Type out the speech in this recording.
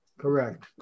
Correct